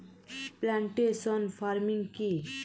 Plantation farming কি?